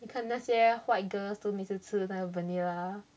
你看那些 white girls 都每次吃那个 vanilla